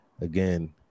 again